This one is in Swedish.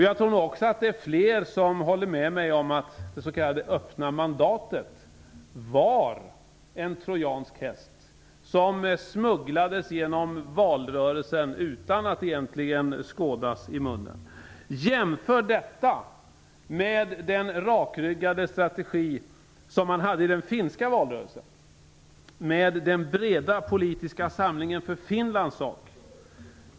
Jag tror också att det är fler som håller med dig om att det s.k. öppna mandatet var en trojansk häst som smugglades genom valrörelsen utan att egentligen skådas i munnen. Jämför detta med den rakryggade strategi som man hade i den finska valrörelsen med den breda politiska samlingen för Finlands sak!